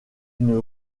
une